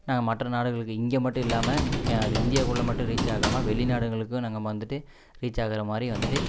நாங்கள் மற்ற நாடுகளுக்கு இங்கே மட்டும் இல்லாமல் யார் இந்தியாக்குள்ளே மட்டும் ரீச் ஆகாமல் வெளிநாடுங்களுக்கும் நாங்கள் வந்துட்டு ரீச் ஆகிற மாதிரி வந்துட்டு